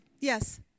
Yes